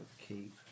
keep